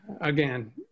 again